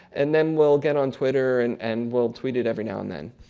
and then we'll get on twitter and and we'll tweet it every now and then.